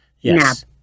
Yes